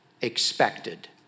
expected